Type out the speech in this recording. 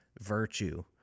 virtue